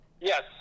Yes